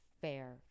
Fair